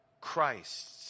Christ